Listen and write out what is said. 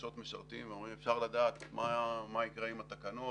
משרתים ואומרות, אפשר לדעת מה יקרה עם התקנות?